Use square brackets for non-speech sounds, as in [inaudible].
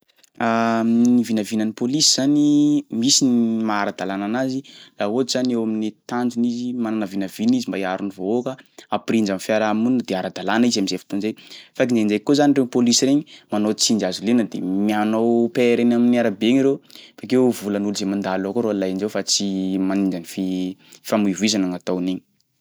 [hesitation] Ny vinavinan'ny pôlisy zany, misy ny maha ara-dalàna anazy raha ohatry zany eo amin'ny tanjony izy manana vinavina izy mba hiaro ny vahoaka, hampirindra ny fiarahamonina de ara-dalàna izy am'zay fotoana zay fa kindraindraiky koa zany reo pôlisy regny manao tsindry hazo lena de mi- anao PR eny amin'ny arabe egny reo bakeo volan'olo zay mandalo eo koa ro alaindreo fa tsy maningany fi- famoivoizana gn'ataony egny.